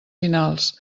finals